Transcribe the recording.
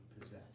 possess